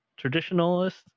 traditionalist